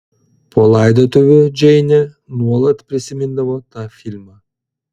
po laidotuvių džeinė nuolat prisimindavo tą filmą